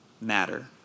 matter